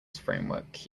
framework